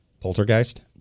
Poltergeist